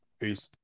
peace